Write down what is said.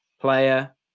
player